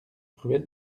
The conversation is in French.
ruelle